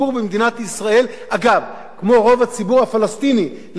כמו רוב הציבור הפלסטיני לגבי הנושאים שמטעם הפלסטינים,